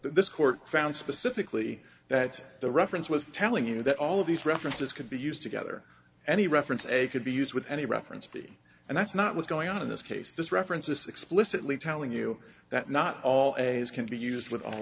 the court found specifically that the reference was telling you that all of these references could be used together any reference a could be used with any reference be and that's not what's going on in this case this reference this explicitly telling you that not all a's can be used with all